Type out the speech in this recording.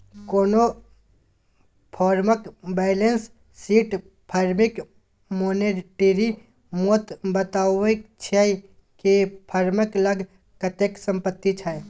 कोनो फर्मक balance sheet फर्मक मानेटिरी मोल बताबै छै कि फर्मक लग कतेक संपत्ति छै